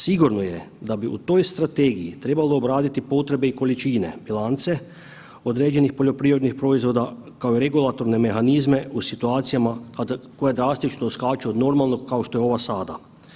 Sigurno je da bi u toj strategiji trebalo obraditi potrebe i količine bilance određenih poljoprivrednih proizvoda kao i regulatorne mehanizme u situacijama koje drastično skaču od normalnog kao što je ova sada.